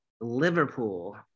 liverpool